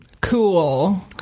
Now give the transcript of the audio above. Cool